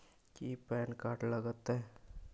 की PAN card लग तै?